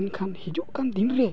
ᱮᱱᱠᱷᱟᱱ ᱦᱤᱡᱩᱜ ᱠᱟᱱ ᱫᱤᱱᱨᱮ